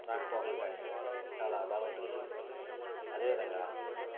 రాకపోకలకి కానీ చాలా బాగుంటుంది అదేవిధంగా